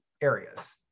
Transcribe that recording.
areas